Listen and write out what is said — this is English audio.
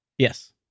Yes